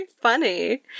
funny